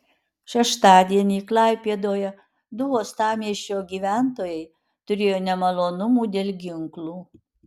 šeštadienį klaipėdoje du uostamiesčio gyventojai turėjo nemalonumų dėl ginklų